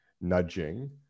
nudging